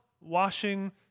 washing